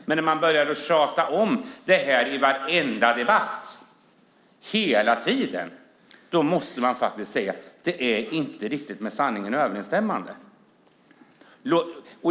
Men när man börjar tjata om detta i varenda debatt måste jag säga att det inte är riktigt med sanningen överensstämmande.